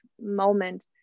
moment